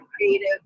creative